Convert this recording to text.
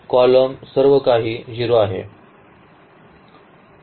column सर्वकाही 0 आहे